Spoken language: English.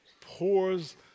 pours